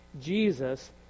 Jesus